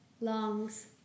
lungs